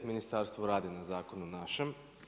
Ministarstvo radi na zakonu našem.